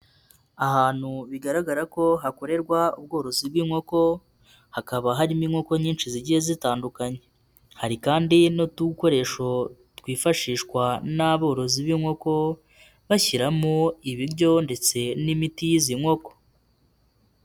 Ahantu bigaragara ko hakorerwa ubworozi bw'inkoko, hakaba harimo inkoko nyinshi zigiye zitandukanye. Hari kandi n'utudukoresho twifashishwa n'aborozi b'inkoko, bashyiramo ibiryo ndetse n'imiti y'izi nkoko.